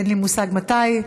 אין לי מושג מתי,